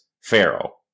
Pharaoh